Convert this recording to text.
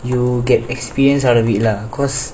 you get experience out of it lah cause